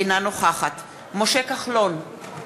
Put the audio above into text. אינה נוכחת משה כחלון,